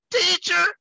Teacher